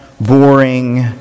boring